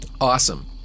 Awesome